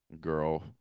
girl